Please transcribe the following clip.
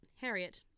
Harriet